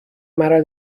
مرا